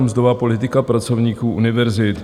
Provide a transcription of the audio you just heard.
Mzdová politika pracovníků univerzit.